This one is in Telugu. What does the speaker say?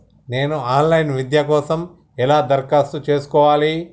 నేను ఆన్ లైన్ విద్య కోసం ఎలా దరఖాస్తు చేసుకోవాలి?